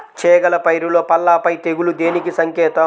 చేగల పైరులో పల్లాపై తెగులు దేనికి సంకేతం?